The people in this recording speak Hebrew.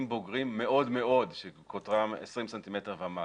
בוגרים מאוד מאוד שקוטרם 20 סנטימטרים ומעלה.